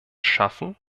schaffen